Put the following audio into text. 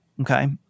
okay